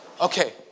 Okay